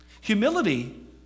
Humility